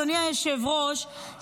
אדוני היושב-ראש,